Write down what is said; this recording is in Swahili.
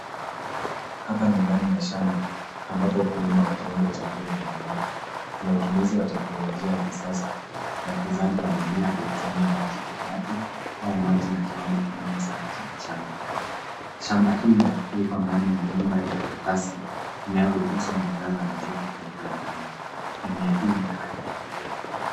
Hapa ni ndani ya shamba ambapo ukulima wa kiwango cha juu unaendelea. Kuna utumizi wa teknolojia ya kisasa ya ukuzaji wa mimea kwa kutumia maji peke yake au maji na kiwango kidogo sana cha mchanga. Shamba hili liko ndani ya nyumba ya karatasi inayoruhusu mwangaza na joto kuingia ndani. Mimea hii ni ya rangi ya kijani.